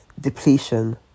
depletion